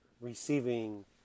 receiving